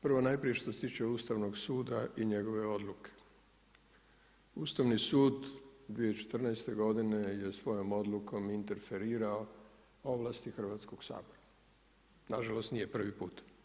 Prvo, najprije što se tiče Ustavnog suda i njegove odluke, Ustavni sud 2014. godine je svojom odlukom interferirao ovlasti Hrvatskog sabora, nažalost nije prvi put.